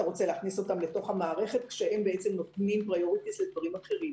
רוצה להכניס אותם לתוך המערכת כשהם בעצם נותנים עדיפות לדברים אחרים.